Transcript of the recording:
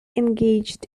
engaged